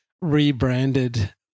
rebranded